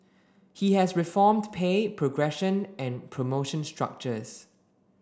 he has reformed pay progression and promotion structures